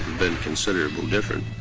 been considerably different.